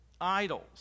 idols